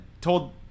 told